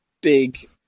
big